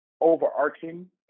overarching